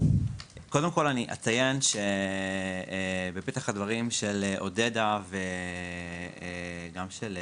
קודם כול, אציין בפתח הדברים של עודדה וגם של משה,